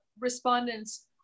respondents